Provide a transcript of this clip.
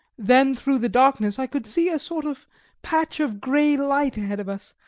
then through the darkness i could see a sort of patch of grey light ahead of us,